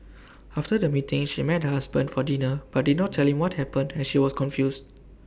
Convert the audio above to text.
after the meeting she met her husband for dinner but did not tell him what happened as she was confused